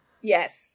Yes